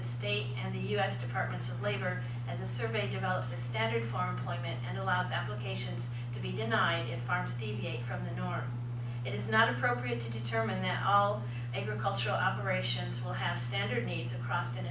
the state and the u s department of labor as the survey develops a standard for employment and allows applications to be denied if farms deviate from the norm it is not appropriate to determine that all agricultural operations will have standard needs across an